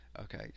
Okay